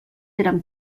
érem